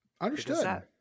Understood